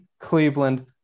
Cleveland